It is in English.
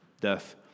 death